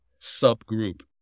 subgroup